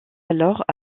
alors